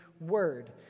Word